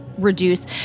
reduce